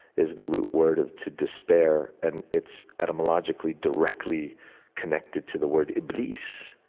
is the root word of to despair. and it's, etymologically, directly connected to the word iblis,